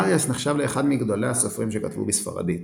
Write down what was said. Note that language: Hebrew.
מריאס נחשב לאחד מגדולי הסופרים שכתבו בספרדית.